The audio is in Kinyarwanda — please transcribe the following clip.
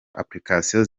applications